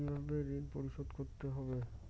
কিভাবে ঋণ পরিশোধ করতে হবে?